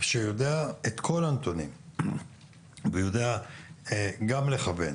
לאיש המקום שיודע את כל הנתונים ויודע גם לכוון